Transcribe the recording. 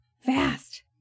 Fast